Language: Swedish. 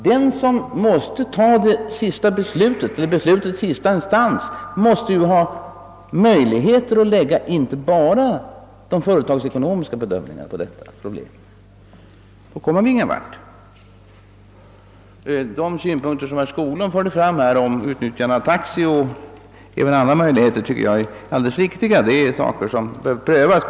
Den som i sista instans skall fatta beslutet, måste ha möjligheter att lägga inte bara företagsekonomiska synpunkter på problemet. Herr Skoglunds synpunkter om utnyttjande av taxi och även andra möjligheter tycker jag är alldeles riktiga. Det är saker som bör prövas.